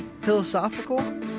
philosophical